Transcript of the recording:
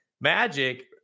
Magic